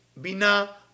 bina